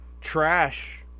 trash